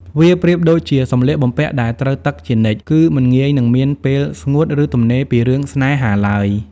វាប្រៀបដូចជាសម្លៀកបំពាក់ដែលត្រូវទឹកជានិច្ច គឺមិនងាយនឹងមានពេលស្ងួត ឬទំនេរពីរឿងស្នេហាឡើយ។